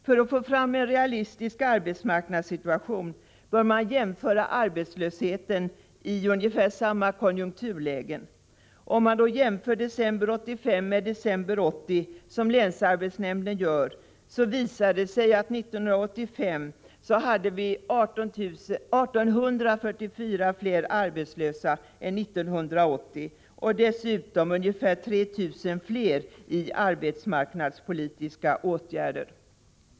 För att få fram en realistisk arbetsmarknadssituation bör man jämföra arbetslösheten i ungefär samma konjunkturlägen. Om man således jämför december 1985 med december 1980, som länsarbetsnämnden gör, visar det sig att 1 844 fler var arbetslösa 1985 än 1980. Dessutom var ca 3 000 fler föremål för arbetsmarknadspolitiska åtgärder.